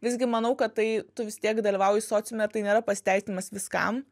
visgi manau kad tai tu vis tiek dalyvauji sociume tai nėra pasiteisinimas viskam